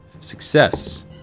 success